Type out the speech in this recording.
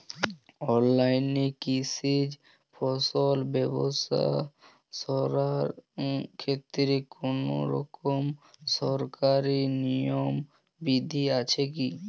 অনলাইনে কৃষিজ ফসল ব্যবসা করার ক্ষেত্রে কোনরকম সরকারি নিয়ম বিধি আছে কি?